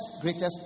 greatest